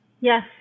Yes